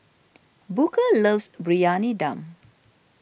Booker loves Briyani Dum